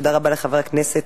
תודה רבה לחבר הכנסת